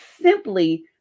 simply